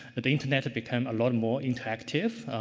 the internet became a lot more interactive.